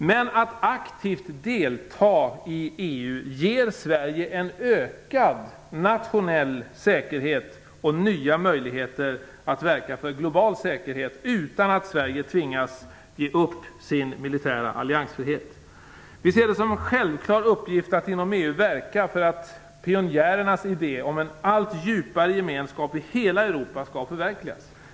Men att aktivt delta i EU ger Sverige en ökad nationell säkerhet och nya möjligheter att verka för global säkerhet utan att Sverige tvingas ge upp sin militära alliansfrihet. Vi ser det som en självklar uppgift att inom EU verka för att pionjärernas idé om en allt djupare gemenskap i hela Europa skall förverkligas.